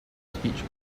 speech